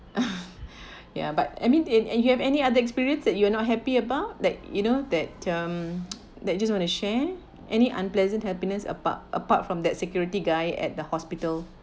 ya but I mean in and you have any other experience that you're not happy about that you know that um that just want to share any unpleasant happiness apart apart from that security guy at the hospital